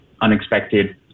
unexpected